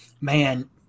man